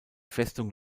festung